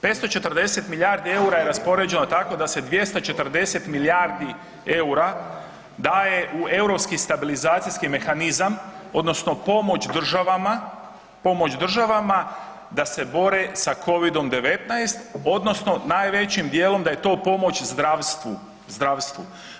540 milijardi eura je raspoređeno tako da se 240 milijardi eura daje u Europski stabilizacijski mehanizam, odnosno pomoć državama, pomoć državama da se bore sa Covidom-19, odnosno najvećim dijelom, da je to pomoć zdravstvu.